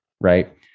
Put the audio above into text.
right